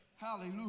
Hallelujah